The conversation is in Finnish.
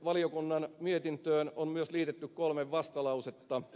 valiokunnan mietintöön on myös liitetty kolme vastalausetta